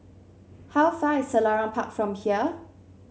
how far is Selarang Park from here